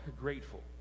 grateful